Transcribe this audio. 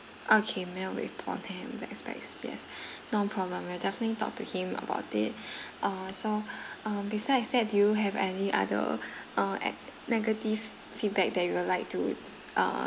okay we'll report him the aspects yes no problem we'll definitely talk to him about it err so besides that do you have any other uh at negative feedback that you would like to uh